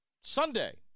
Sunday